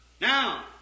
Now